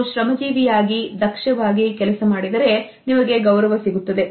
ನೀವು ಶ್ರಮಜೀವಿ ಯಾಗಿ ದಕ್ಷವಾಗಿ ಕೆಲಸ ಮಾಡಿದರೆ ನಿಮಗೆ ಗೌರವ ಸಿಗುತ್ತದೆ